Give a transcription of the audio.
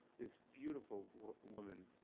this beautiful woman,